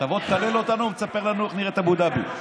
תבוא, תקלל אותנו ותספר לנו איך נראית אבו דאבי.